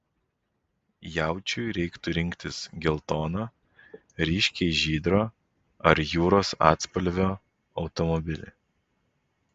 jaučiui reiktų rinktis geltono ryškiai žydro ar jūros atspalvio automobilį